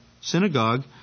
synagogue